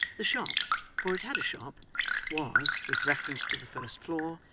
the shop for it had a shop was, with reference to the first floor,